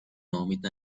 ناامید